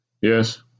Yes